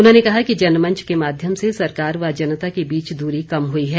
उन्होंने कहा कि जनमंच के माध्यम से सरकार व जनता के बीच दूरी कम हुई है